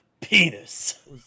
Penis